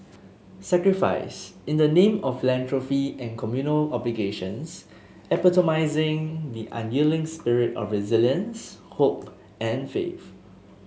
sacrifice in the name of philanthropy and communal obligations epitomising the unyielding spirit of resilience hope and faith